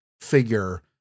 figure